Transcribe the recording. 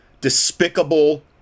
despicable